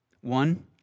One